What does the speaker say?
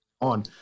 on